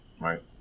Right